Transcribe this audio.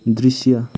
दृश्य